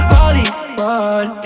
Hollywood